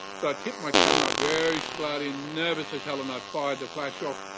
but tipped my camera up very slowly, nervous as hell and i fired the flash ah